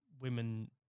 women